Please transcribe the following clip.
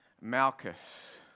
malchus